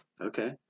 okay